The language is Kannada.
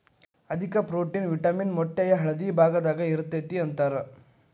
ಅಧಿಕ ಪ್ರೋಟೇನ್, ವಿಟಮಿನ್ ಮೊಟ್ಟೆಯ ಹಳದಿ ಭಾಗದಾಗ ಇರತತಿ ಅಂತಾರ